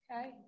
okay